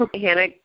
Hannah